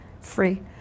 free